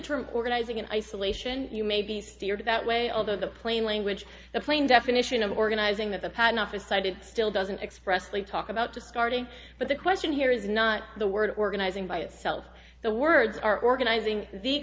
term organizing in isolation you may be steered that way although the plain language the plain definition of organizing that the patent office cited still doesn't expressly talk about discarding but the question here is not the word organizing by itself the words are organizing